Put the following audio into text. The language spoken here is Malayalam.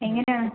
എങ്ങനെ ആണ്